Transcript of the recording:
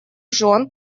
жен